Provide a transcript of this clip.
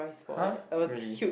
[huh] really